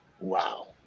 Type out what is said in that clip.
Wow